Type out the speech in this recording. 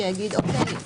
שיגיד: אוקיי,